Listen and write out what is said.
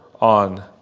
on